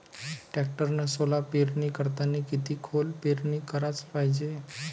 टॅक्टरनं सोला पेरनी करतांनी किती खोल पेरनी कराच पायजे?